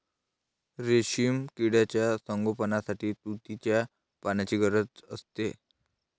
रेशीम किड्यांच्या संगोपनासाठी तुतीच्या पानांची गरज असते